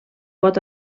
pot